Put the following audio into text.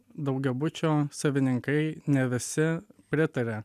daugiabučio savininkai ne visi pritaria